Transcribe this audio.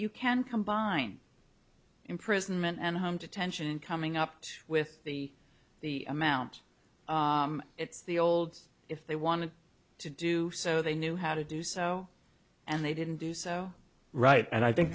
you can combine imprisonment and home to tension coming up with the the amount it's the olds if they wanted to do so they knew how to do so and they didn't do so right and i think